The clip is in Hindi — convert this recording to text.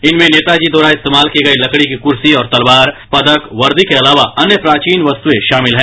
इनमें नेताजी द्वारा इस्तेमाल की गई लकड़ी की कुर्ती और तलवाए पदक वर्दी के अलावा अन्य प्राचीन वस्तुएं शामिल हैं